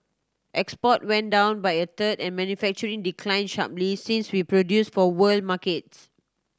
export went down by a third and manufacturing declined sharply since we produced for world markets